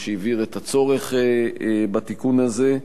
שהבהיר את הצורך בתיקון הזה.